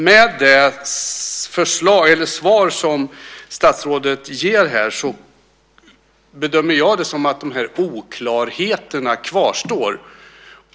Med det svar som statsrådet ger här bedömer jag det så att oklarheterna kvarstår.